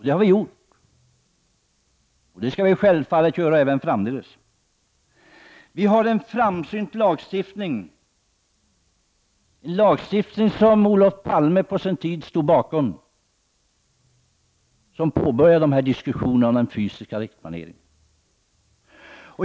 Det har vi gjort, och det skall vi självfallet även framdeles göra. Vi har en framsynt lagstiftning, som Olof Palme stod bakom. Han påbörjade på sin tid dessa diskussioner om den fysiska riksplaneringen.